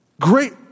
Great